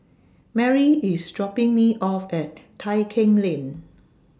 Mary IS dropping Me off At Tai Keng Lane